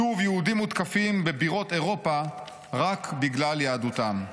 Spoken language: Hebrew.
שוב יהודים מותקפים בבירות אירופה רק בגלל יהדותם.